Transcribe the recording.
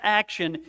action